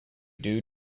due